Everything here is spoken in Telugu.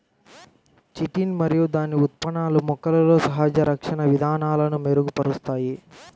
చిటిన్ మరియు దాని ఉత్పన్నాలు మొక్కలలో సహజ రక్షణ విధానాలను మెరుగుపరుస్తాయి